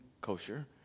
kosher